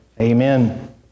Amen